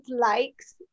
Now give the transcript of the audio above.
likes